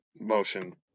motion